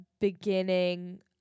beginning